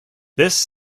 this